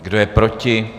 Kdo je proti?